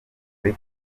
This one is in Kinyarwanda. ari